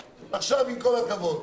עכשיו, עם כל הכבוד,